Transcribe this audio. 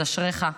אז אשריך.